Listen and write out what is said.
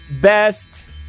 best